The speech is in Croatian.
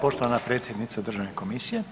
Poštovana predsjednica državne komisije.